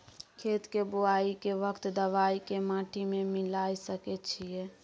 खेत के बुआई के वक्त दबाय के माटी में मिलाय सके छिये?